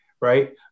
right